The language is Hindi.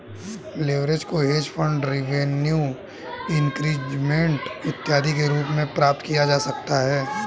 लेवरेज को हेज फंड रिवेन्यू इंक्रीजमेंट इत्यादि के रूप में प्राप्त किया जा सकता है